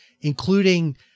including